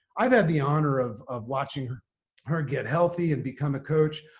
i've had the honor of of watching her her get healthy and become a coach.